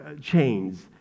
chains